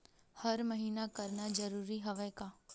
हर महीना करना जरूरी हवय का?